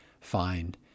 find